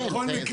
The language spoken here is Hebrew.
כן.